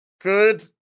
Good